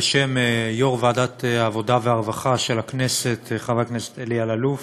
בשם יושב-ראש ועדת העבודה והרווחה של הכנסת חבר הכנסת אלי אלאלוף,